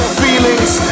feelings